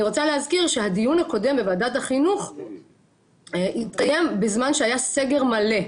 אני רוצה להזכיר שהדיון הקודם בוועדת החינוך התקיים בזמן שהיה סגר מלא.